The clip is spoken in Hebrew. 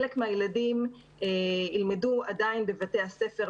חלק מהילדים ילמדו עדיין בבתי הספר,